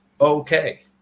okay